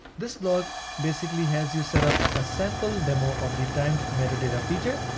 this blog basically has you set up a sample demo of the timed metadata feature.